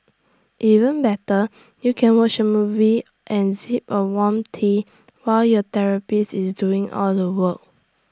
even better you can watch A movie and sip on warm tea while your therapist is doing all the work